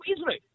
Israel